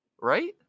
Right